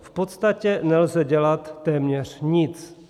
V podstatě nelze dělat téměř nic.